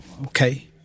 okay